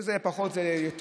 שזה יותר טכני,